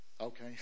Okay